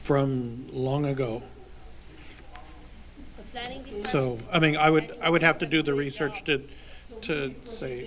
from long ago so i think i would i would have to do the research to